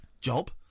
Job